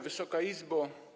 Wysoka Izbo!